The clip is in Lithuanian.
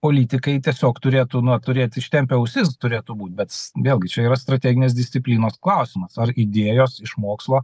politikai tiesiog turėtų na nuo turėt ištempę ausis turėtų būt bet vėlgi čia yra strateginės disciplinos klausimas ar idėjos iš mokslo